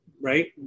right